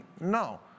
No